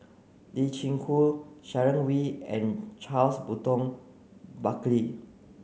Lee Chin Koon Sharon Wee and Charles Burton Buckley